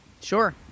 Sure